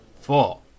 four